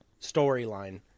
storyline